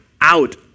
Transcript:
out